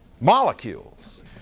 molecules